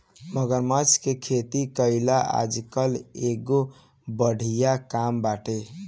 मगरमच्छ के खेती कईल आजकल एगो बढ़िया काम बाटे